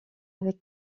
avec